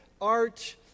art